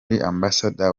ambassador